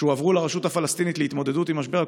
שהועברו לרשות הפלסטינית להתמודדות עם משבר הקורונה,